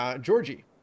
Georgie